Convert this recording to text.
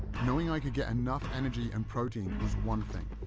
knowing i could get enough energy and protein was one thing,